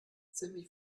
ziemlich